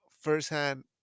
firsthand